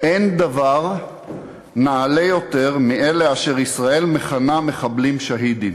"אין דבר נעלה יותר מאלה אשר ישראל מכנה 'מחבלים שהידים'.